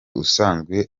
usanzwe